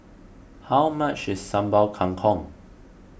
how much is Sambal Kangkong